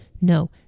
No